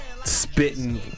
Spitting